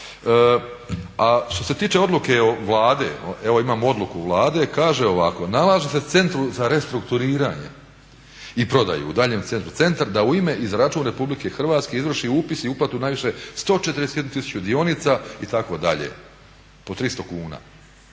A što se tiče odluke Vlade, evo imam odluku Vlade kaže ovako "Nalaže se Centru za restrukturiranje i prodaju … centar da u ime i za račun RH izvrši upis i uplatu najviše 141 tisuću dionica" itd. po 300 kuna.